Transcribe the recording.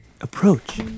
approach